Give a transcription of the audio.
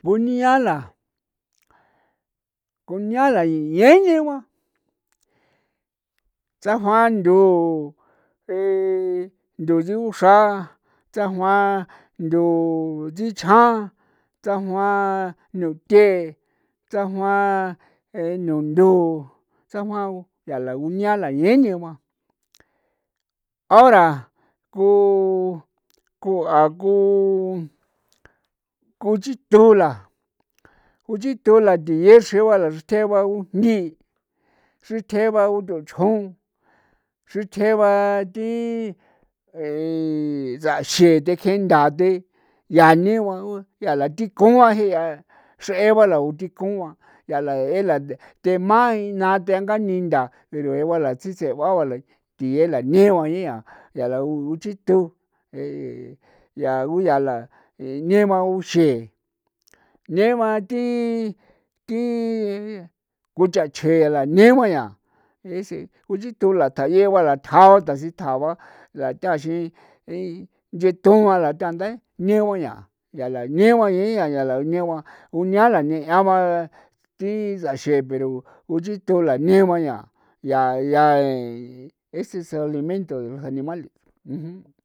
Unia la kunia la ko iñeñegua sajoan ndu ndu dio xra sajo'a ndu chichja, sajoan nuthee, sajo'a nu ndu, sajoan tha la guñala ñeñegua, ahora ko kua ko kuchitu la kuchitu la tie chrexi ba nchri thee ba gujndi nchri thee ba utjo chjon nchri thee ba thi saxe the kjee nhtaa thee yaa ne ba uyaa la thi kuan ba xree ba la thi kuan yaa e la thema inaa thenga'ni nthaa pero eeba la tsits'eba la tie la nee ba yea yaa la uchi'to yaa guyala ñeeba uxee neba thi thi kuchache neba yaa ese kuchito tayegua la ba sitjaa ba latha tjao taxi nchetu'an negua yaa yaa lanegua yaa unia la ne'a ba thi saxee pero kuchito lanee ba yaa, yaa ya ese es su alimento de animales.